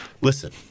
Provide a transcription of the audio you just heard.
listen